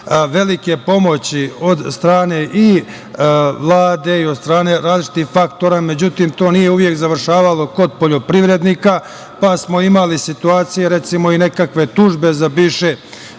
velike pomoći od strane i Vlade i od strane različitih faktora, međutim to nije uvek završavalo kod poljoprivrednika, pa smo imali situacije, recimo, i nekakve tužbe za bivše